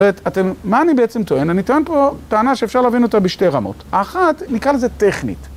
מה אני בעצם טוען? אני טוען פה טענה שאפשר להבין אותה בשתי רמות. האחת, נקרא לזה טכנית.